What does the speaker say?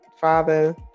father